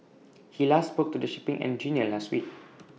he last spoke to the shipping engineer last week